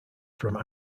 from